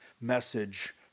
message